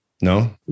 No